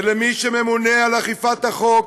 ולמי שממונה על אכיפת החוק,